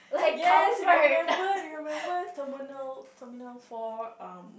yes remember remember terminal Terminal Four um